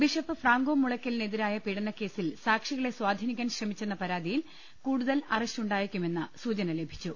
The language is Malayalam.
ബിഷപ്പ് ഫ്രാങ്കോ മുളയ്ക്കലിനെതിരായ പീഡനക്കേസിൽ സാക്ഷികളെ സ്വാ ധീനിക്കാൻ ശ്രമിച്ചെന്ന പരാതിയിൽ കൂടുതൽ അറസ്റ്റുണ്ടായേക്കുമെന്ന് സൂചന ലഭിച്ചു